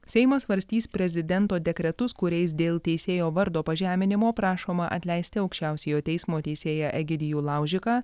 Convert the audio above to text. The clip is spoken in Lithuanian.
seimas svarstys prezidento dekretus kuriais dėl teisėjo vardo pažeminimo prašoma atleisti aukščiausiojo teismo teisėją egidijų laužiką